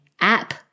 app